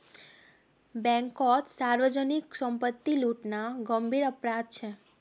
बैंककोत सार्वजनीक संपत्ति लूटना गंभीर अपराध छे